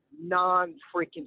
non-freaking